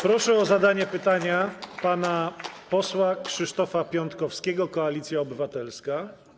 Proszę o zadanie pytania pana posła Krzysztofa Piątkowskiego, Koalicja Obywatelska.